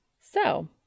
So